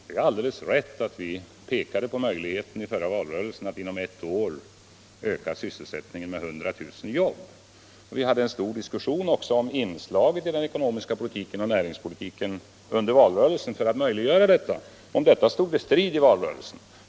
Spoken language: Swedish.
Det är riktigt att centern i förra valrörelsen pekade på möjligheten att inom ett år öka sysselsättningen med 100 000 jobb. Vi förde också under valrörelsen en stor diskussion om inslag i den ekonomiska politiken och i näringspolitiken för att möjliggöra detta. Det stod strid härom i valrörelsen.